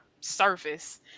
surface